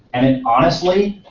and it honestly,